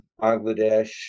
Bangladesh